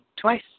twice